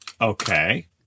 Okay